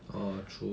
err true